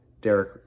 Derek